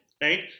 right